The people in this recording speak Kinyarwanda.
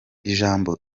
ijambo